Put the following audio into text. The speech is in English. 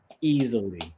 Easily